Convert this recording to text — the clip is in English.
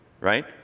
right